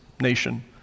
nation